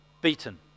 beaten